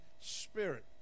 spirit